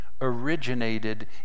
originated